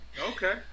okay